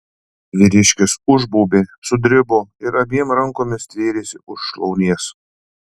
vyriškis užbaubė sudribo ir abiem rankomis stvėrėsi už šlaunies